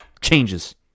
changes